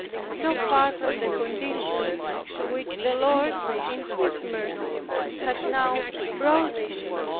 and so far from the condition to which the lord in his mercy had now brought me,